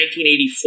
1984